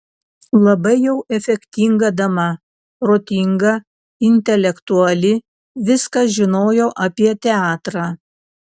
labai jau efektinga dama protinga intelektuali viską žinojo apie teatrą